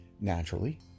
Naturally